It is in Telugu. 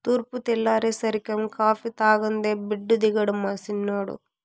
తూర్పు తెల్లారేసరికం కాఫీ తాగందే బెడ్డు దిగడు మా సిన్నోడు